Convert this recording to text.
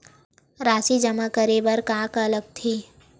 राशि जमा करे बर का का लगथे?